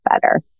better